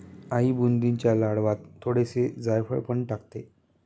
आई बुंदीच्या लाडवांत थोडेसे जायफळ पण टाकते